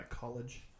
college